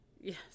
Yes